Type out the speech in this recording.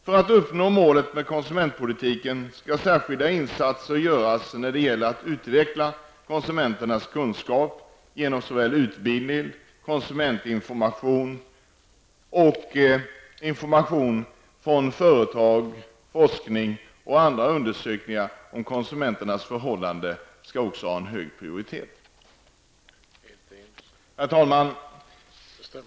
För att uppnå målet med konsumentpolitiken skall särskilda insatser göras när det gäller att utveckla konsumenternas kunskaper genom utbildning, konsumentinformation och information från företagen. Forskning och andra undersökningar om konsumenternas förhållanden skall ha hög prioritet. Herr talman!